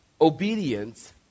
obedience